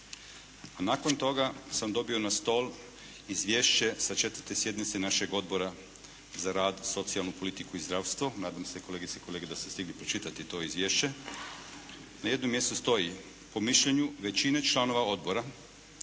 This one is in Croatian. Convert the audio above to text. a nakon toga sam dobio na stol izvješće sa 4. sjednice našeg Odbora za rad, socijalnu politiku i zdravstvo. Nadam se kolegice i kolege da ste stigli pročitati to izvješće. Na jednom mjestu stoji po mišljenju većine članova odbora